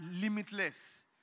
limitless